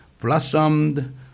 blossomed